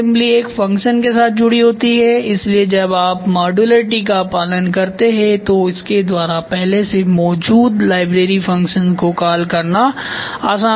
subassembly एक function के साथ जुडी होती है इसलिए जब आप मॉड्युलैरिटी का पालन करते हैं तो इसके द्वारा पहले से मौजूद लाइब्रेरी फ़ंक्शंस को कॉल करना आसान होता है